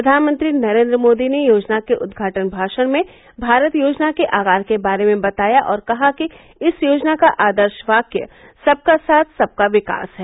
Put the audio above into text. प्रधानमंत्री नरेंद्र मोदी ने योजना के उद्घाटन भाषण में भारत योजना के आकार के बारे में बताया और कहा कि इस योजना का आदर्श वाक्य सबका साथ सबका विकास है